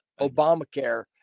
Obamacare